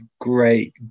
great